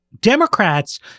Democrats